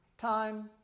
time